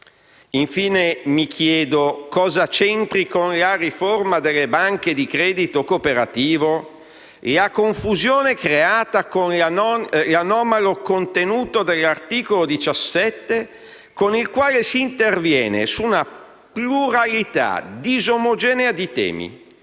Infine, mi chiedo cosa c'entri con la riforma delle banche di credito cooperativo la confusione creata con l'anomalo contenuto dell'articolo 17 del provvedimento, con il quale si interviene su una pluralità disomogenea di temi.